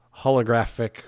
holographic